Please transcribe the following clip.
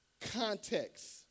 context